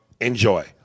enjoy